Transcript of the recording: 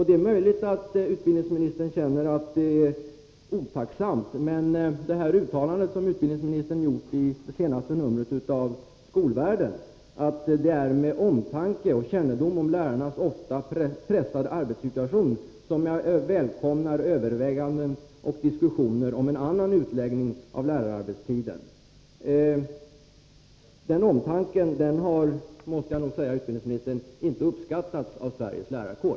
Det är möjligt att utbildningsministern känner att det är otacksamt. Utbildningsministern har i senaste numret av Skolvärlden uttalat: ”Det är med omtanke och kännedom om lärarnas ofta pressade arbetssituation som jag välkomnar överväganden och diskussioner om en annan utläggning av lärararbetstiden.” Den omtanken har, måste jag säga utbildningsministern, inte uppskattats av Sveriges lärarkår.